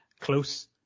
close